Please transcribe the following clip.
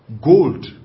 gold